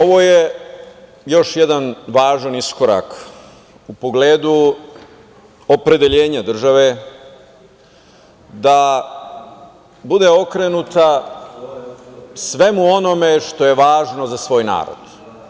Ovo je još jedan važan iskorak u pogledu opredelenja države da bude okrenuta svemu onome što je važno za svoj narod.